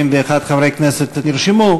71 חברי כנסת נרשמו,